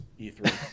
E3